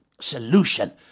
solution